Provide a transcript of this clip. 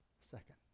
second